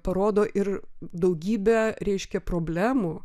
parodo ir daugybę reiškia problemų